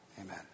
Amen